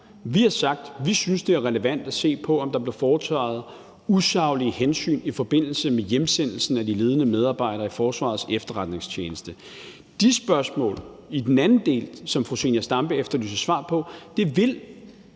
Vi har sagt, at vi synes, det er relevant at se på, om der blev varetaget usaglige hensyn i forbindelse med hjemsendelsen af de ledende medarbejdere i Forsvarets Efterretningstjeneste. De spørgsmål i den anden del, som fru Zenia Stampe efterlyser svar på, vil